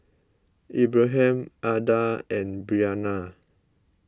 Abraham Ada and Brianna